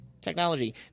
Technology